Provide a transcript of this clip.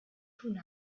tun